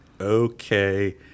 okay